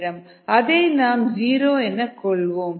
அதை நாம் ஜீரோ என கொள்வோம்